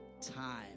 time